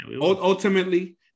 Ultimately